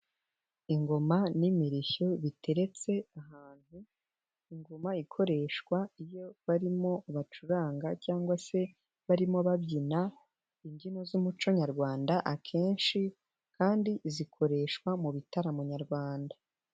Ingoma n'imirishyo biteretse ahantu, ingoma ikoreshwa iyo barimo bacuranga cyangwa se barimo babyina imbyino z'umuco nyarwanda akenshi kandi zikoreshwa mu bitaramo nyarwanda.